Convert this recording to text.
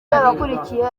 abakurikiye